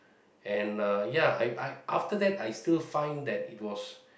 and uh ya I I after that I still find that it was